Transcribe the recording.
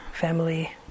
family